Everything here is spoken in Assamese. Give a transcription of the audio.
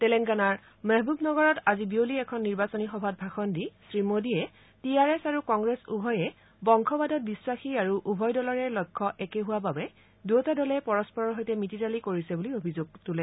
টেলেংগানা মহবুবনগৰত আজি বিয়লি এখন নিৰ্বাচনী সভাত ভাষণ দি শ্ৰীমোডীয়ে টি আৰ এছ আৰু কংগ্ৰেছ উভয়ে বংশবাদত বিশ্বাসী আৰু উভয় দলৰে লক্ষ্য একে হোৱা বাবেই দুয়োটা দল পৰস্পৰৰ সৈতে মিতিৰালি কৰিছে বুলি অভিযোগ তোলে